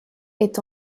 est